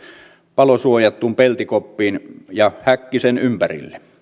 palosuojattuun peltikoppiin ja häkki sen ympärille